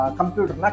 computer